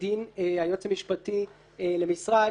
כדין היועץ המשפטי למשרד,